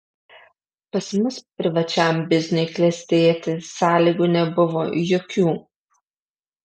pas mus privačiam bizniui klestėti sąlygų nebuvo jokių